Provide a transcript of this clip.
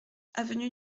avenue